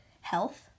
health